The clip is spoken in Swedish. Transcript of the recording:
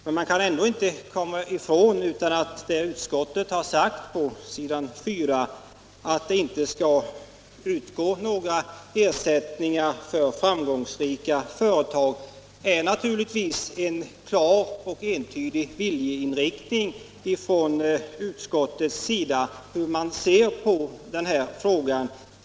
Man kan emellertid inte komma ifrån att vad utskottet skriver på s. 4, att det inte skall utgå några ersättningar för framgångsrika företag, naturligtvis är en klar och entydig viljeinriktning från utskottets sida i denna fråga.